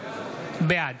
בעד